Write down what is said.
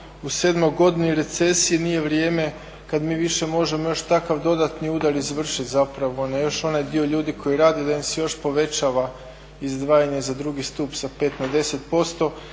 u 7.-oj godini recesije nije vrijeme kada mi više možemo još takav dodatni udar izvršiti zapravo na još onaj dio ljudi koji radi da im se još povećava izdvajanje za drugi stup sa 5 na 10%.